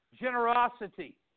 generosity